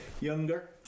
younger